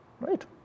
Right